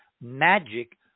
magic